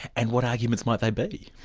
and what arguments might they be?